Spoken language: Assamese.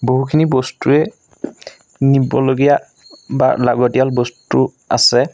বহুখিনি বস্তুৱে নিবলগীয়া বা লাগতিয়াল বস্তু আছে